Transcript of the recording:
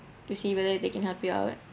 to see whether they can help you out